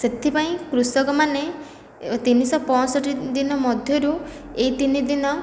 ସେଥିପାଇଁ କୃଷକମାନେ ତିନିଶହ ପଞ୍ଚଷଠି ଦିନ ମଧ୍ୟରୁ ଏହି ତିନି ଦିନ